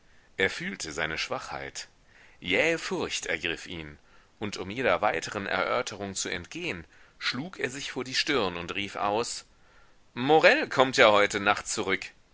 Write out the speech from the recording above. er fühlte seine schwachheit jähe furcht ergriff ihn und um jeder weiteren erörterung zu entgehen schlug er sich vor die stirn und rief aus morel kommt ja heute nacht zurück